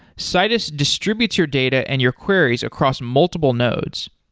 citus distributes your data and your queries across multiple nodes.